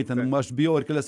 įtariama aš bijau ar kelias